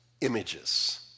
images